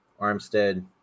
Armstead